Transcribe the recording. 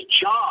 job